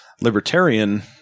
libertarian